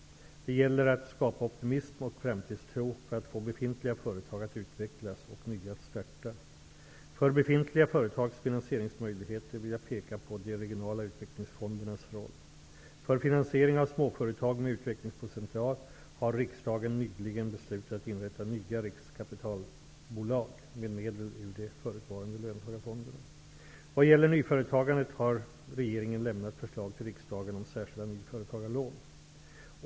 Det gäller att skapa optimism och framtidstro för att få befintliga företag att utvecklas och nya att starta. För befintliga företags finansieringsmöjligheter vill jag peka på de regionala utvecklingsfondernas roll. För finansiering av småföretag med utvecklingspotential har riksdagen nyligen beslutat att inrätta nya riskkapitalbolag med medel ur de förutvarande löntagarfonderna. Vad gäller nyföretagandet har regeringen lämnat förslag till riksdagen om särskilda nyföretagarlån.